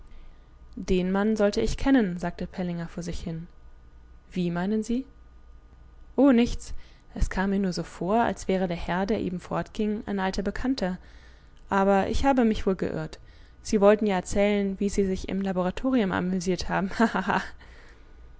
den mann sollte ich kennen sagte pellinger vor sich hin wie meinen sie oh nichts es kam mir nur so vor als wäre der herr der eben fortging ein alter bekannter aber ich habe mich wohl geirrt sie wollten ja erzählen wie sie sich im laboratorium amüsiert haben